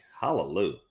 Hallelujah